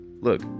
look